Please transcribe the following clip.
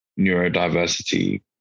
neurodiversity